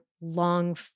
long